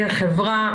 חברה,